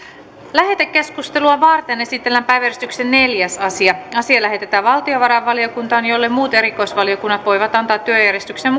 lähetekeskustelua varten esitellään päiväjärjestyksen neljäs asia asia lähetetään valtiovarainvaliokuntaan jolle muut erikoisvaliokunnat voivat antaa työjärjestyksen